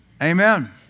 Amen